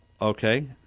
Okay